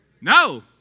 No